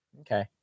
Okay